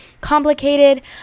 complicated